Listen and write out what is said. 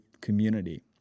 community